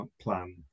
plan